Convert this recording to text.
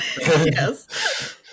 Yes